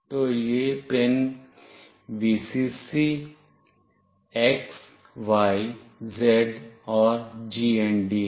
तो ये pin Vcc x y z और GND हैं